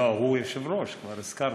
הוא יושב-ראש, כבר הזכרתי.